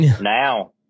now